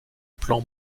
plan